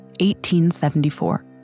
1874